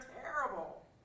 terrible